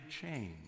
change